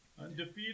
Undefeated